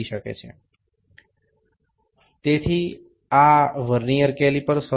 সুতরাং এটি vernier caliper ছিল